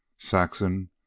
saxon